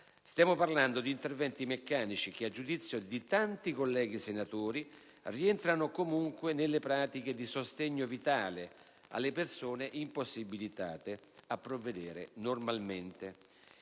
Stiamo parlando di interventi meccanici, che a giudizio di tanti colleghi senatori rientrano comunque nelle pratiche di sostegno vitale alle persone impossibilitate a provvedere normalmente.